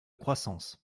croissance